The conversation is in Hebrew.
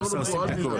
הורסים את הכול.